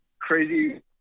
Crazy